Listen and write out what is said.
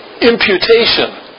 imputation